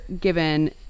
given